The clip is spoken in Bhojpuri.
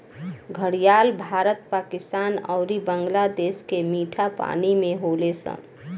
घड़ियाल भारत, पाकिस्तान अउरी बांग्लादेश के मीठा पानी में होले सन